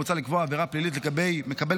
מוצע לקבוע עבירה פלילית לגבי מקבל